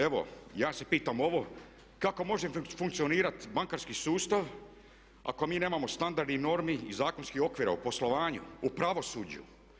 Evo ja se pitam ovo kako može funkcionirati bankarski sustav ako mi nemamo standardnih normi i zakonskih okvira u poslovanju, u pravosuđu.